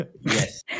Yes